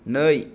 नै